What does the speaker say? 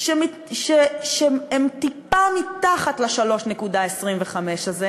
שהן טיפה מתחת ל-3.25% הזה,